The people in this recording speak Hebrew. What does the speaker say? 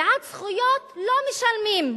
בעד זכויות לא משלמים.